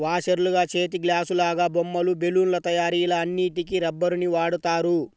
వాషర్లుగా, చేతిగ్లాసులాగా, బొమ్మలు, బెలూన్ల తయారీ ఇలా అన్నిటికి రబ్బరుని వాడుతారు